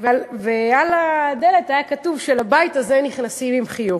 ועל הדלת היה כתוב שלבית הזה נכנסים עם חיוך.